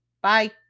Bye